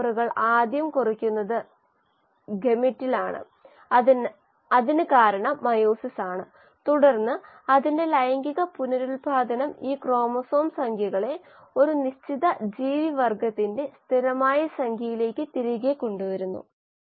അത് നമ്മൾ അവ ഉപയോഗിക്കുന്നതിനുള്ള ഒരു മാർഗമാണ് തുടർന്ന് മെയിന്റനൻസ് എന്ന ആശയം നമ്മൾ പരിശോധിച്ചു ഇത് കോശങ്ങളിലെ പ്രവർത്തനങ്ങൾ ആദ്യം പരിപാലിക്കാൻ പോകുന്ന മെറ്റബോളിസം ആണ് അതായത് മെറ്റബോളിസം ഗതാഗതം മറ്റ് കാര്യങ്ങൾ ജനിതക പ്രക്രിയകൾ അത് സാറ്റിസ്ഫൈ അയാൽ അതു പിന്നെ മൾട്ടിപ്ലൈ ആകുന്നു